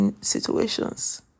situations